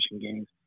games